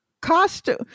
costume